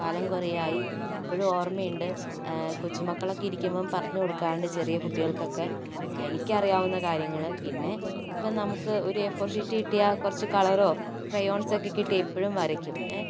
കാലം കുറേയായി ഇപ്പോഴും ഓർമ്മയുണ്ട് കൊച്ചുമക്കളൊക്കെ ഇരിക്കുമ്പോൾ പറഞ്ഞു കൊടുക്കാറുണ്ട് ചെറിയ കുട്ടികൾക്കൊക്കെ ആ എനിക്കറിയാവുന്ന കാര്യങ്ങൾ പിന്നെ ഇപ്പം നമുക്ക് ഒരു എ ഫോർ ഷീറ്റ് കിട്ടിയാൽ കുറച്ച് കളറോ ക്രയോൺസൊക്കെ കിട്ടിയാൽ ഇപ്പോഴും വരയ്ക്കും ഏ